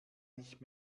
nicht